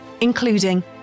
including